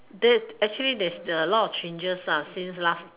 that actually there's a lot of changes since last